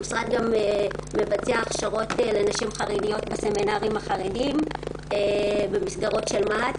המשרד גם מבצע הכשרות לנשים חרדיות בסמינרים החרדים במסגרות של מה"ט,